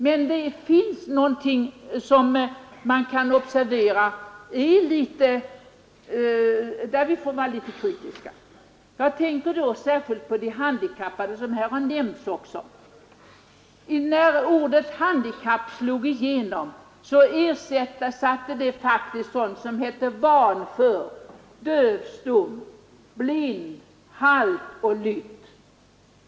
Men det finns någonting som man kan observera, där vi får vara litet kritiska. Jag tänker på de handikappade som också har nämnts här. När ordet handikapp slog igenom ersatte det ord som vanför, dövstum, blind, halt och lytt.